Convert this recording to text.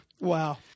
Wow